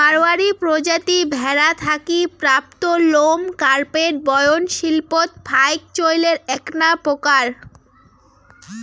মাড়ওয়ারী প্রজাতি ভ্যাড়া থাকি প্রাপ্ত লোম কার্পেট বয়ন শিল্পত ফাইক চইলের এ্যাকনা প্রকার